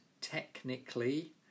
technically